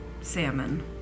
salmon